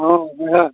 ᱦᱮᱸ ᱵᱚᱭᱦᱟ